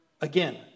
again